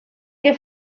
que